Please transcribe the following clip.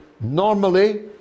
normally